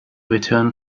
return